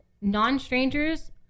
Non-strangers